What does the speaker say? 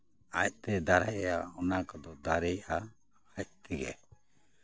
ᱟᱡᱛᱮ ᱫᱟᱨᱮᱜᱼᱟ ᱚᱱᱟ ᱠᱚᱫᱚ ᱫᱟᱨᱮᱜᱼᱟ ᱟᱡ ᱛᱮᱜᱮ